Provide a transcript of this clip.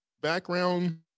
background